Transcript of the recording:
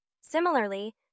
Similarly